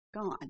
gone